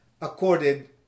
accorded